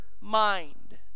mind